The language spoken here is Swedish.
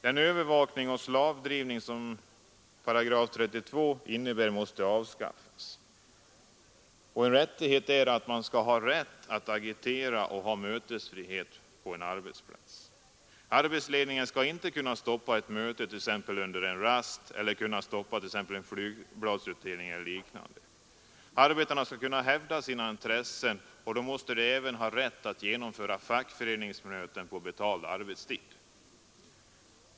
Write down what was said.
Den övervakning och slavdrivning som § 32 innebär måste avskaffas. De arbetande måste ha rätt till agitationsoch mötesfrihet på arbetsplatsen. Arbetsledningen skall inte kunna stoppa ett möte t.ex. under en rast och inte heller kunna stoppa flygbladsutdelning eller liknande. Skall arbetarna kunna hävda sina intressen, måste de även ha rätt att genomföra fackföreningsmöten på betald arbetstid.